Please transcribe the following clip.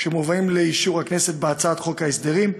שמובאים לאישור הכנסת בהצעת חוק ההסדרים,